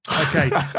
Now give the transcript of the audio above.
Okay